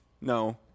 no